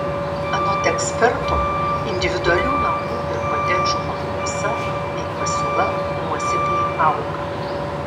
anot eksperto individualių namų ir kotedžų paklausa bei pasiūla nuosekliai auga